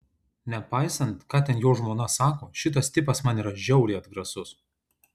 nepaisant ką ten jo žmona sako šitas tipas man yra žiauriai atgrasus